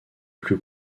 plus